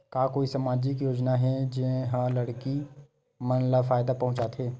का कोई समाजिक योजना हे, जेन हा लड़की मन ला फायदा पहुंचाथे?